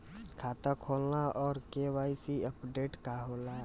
खाता खोलना और के.वाइ.सी अपडेशन का होला?